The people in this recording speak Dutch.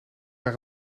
naar